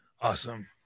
awesome